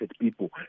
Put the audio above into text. people